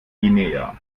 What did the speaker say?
guinea